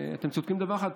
אתם צודקים בדבר אחד,